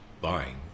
buying